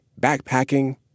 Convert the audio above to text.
backpacking